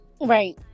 Right